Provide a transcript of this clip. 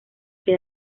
que